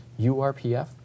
URPF